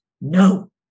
no